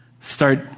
start